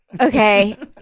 Okay